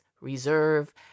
reserve